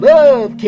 Love